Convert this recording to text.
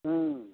अँ